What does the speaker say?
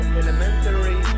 elementary